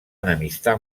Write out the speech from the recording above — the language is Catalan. enemistar